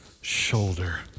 shoulder